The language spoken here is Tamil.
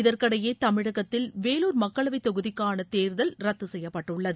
இதற்கிடையே தமிழகத்தில் வேலூர் மக்களவை தொகுதிக்கான தேர்தல் ரத்து செய்யப்பட்டுள்ளது